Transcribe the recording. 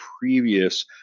previous